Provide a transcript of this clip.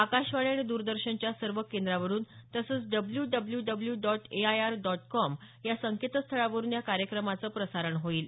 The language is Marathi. आकाशवाणी आणि द्रदर्शनच्या सर्व केंद्रावरुन तसंच W W W dot A R I dot com या संकेतस्थळावरुन या कार्यक्रमाचं प्रसारण होईल